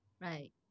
Right